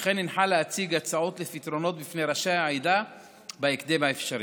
וכן הנחה להציג הצעות לפתרונות בפני ראשי העדה בהקדם האפשרי.